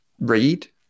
read